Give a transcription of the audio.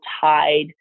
tied